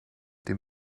dem